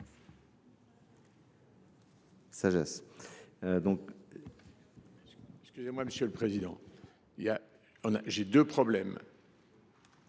sagesse.